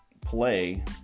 play